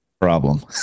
problem